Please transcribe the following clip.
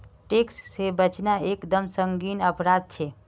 tax से बचना एक दम संगीन अपराध छे